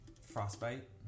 Frostbite